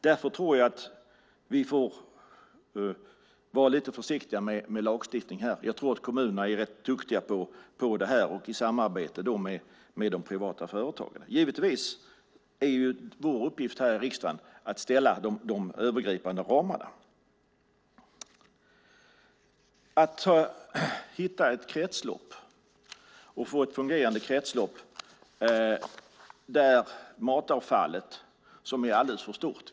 Vi får vara lite försiktiga med lagstiftning här. Jag tror att kommunerna är rätt duktiga på detta i samarbete med de privata företagen. Givetvis är vår uppgift här i riksdagen att fastställa de övergripande ramarna. Det gäller att hitta ett kretslopp och få ett fungerande kretslopp där matavfallet är alldeles för stort.